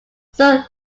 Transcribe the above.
sir